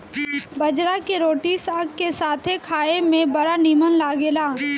बजरा के रोटी साग के साथे खाए में बड़ा निमन लागेला